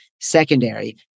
secondary